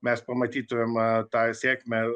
mes pamatytumėm tą sėkmę